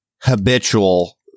habitual